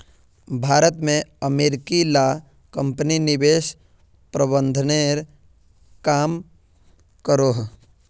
भारत में अमेरिकी ला कम्पनी निवेश प्रबंधनेर काम करोह